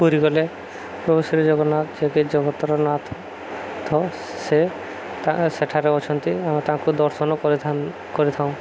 ପୁରୀ ଗଲେ ପ୍ରଭୁ ଶ୍ରୀ ଜଗନ୍ନାଥ ଯେକି ଜଗତର ନାଥ ସେ ସେଠାରେ ଅଛନ୍ତି ଆମେ ତାଙ୍କୁ ଦର୍ଶନ କରିଥାଉ